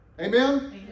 Amen